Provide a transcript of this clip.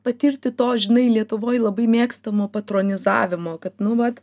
patirti to žinai lietuvoj labai mėgstamo patronizavimo kad nu vat